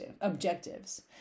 objectives